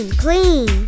clean